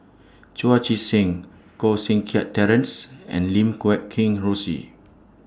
Chu Chee Seng Koh Seng Kiat Terence and Lim Guat Kheng Rosie